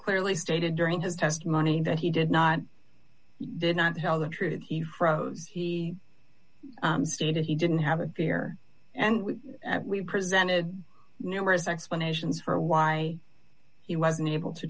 clearly stated during his testimony that he did not did not tell the truth he froze he stated he didn't have a beer and we presented numerous explanations for why he wasn't able to